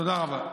תודה רבה.